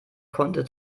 konnte